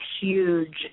huge